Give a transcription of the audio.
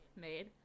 made